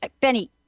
benny